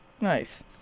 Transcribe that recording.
Nice